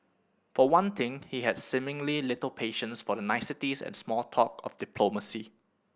for one thing he had seemingly little patience for the niceties and small talk of diplomacy